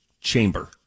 chamber